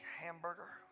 hamburger